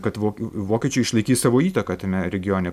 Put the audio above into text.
kad vok vokiečiai išlaikys savo įtaką tame regione